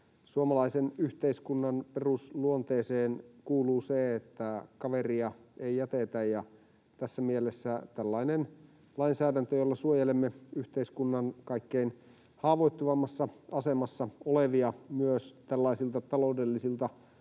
Suomalaisen yhteiskunnan perusluonteeseen kuuluu se, että kaveria ei jätetä, ja tässä mielessä tällainen lainsäädäntö, jolla suojelemme yhteiskunnan kaikkein haavoittuvimmassa asemassa olevia myös tällaisilta